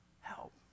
help